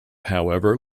however